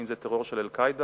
אם טרור של "אל-קאעידה",